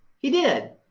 he did.